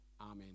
Amen